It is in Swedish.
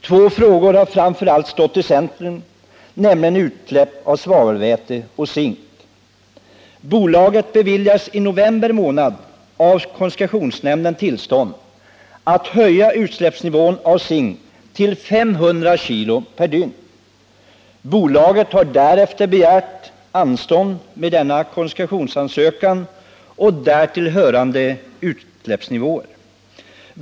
Två frågor har därvid stått i centrum; det gäller utsläpp av svavelväte och zink. Bolaget beviljades i november månad av koncessionsnämnden tillstånd att höja utsläppsnivån av zink till 500 kg/dygn. Bolaget har därefter begärt anstånd med denna koncessionsansökan och därtill hörande utsläppsnivåer.